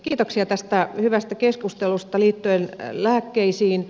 kiitoksia tästä hyvästä keskustelusta liittyen lääkkeisiin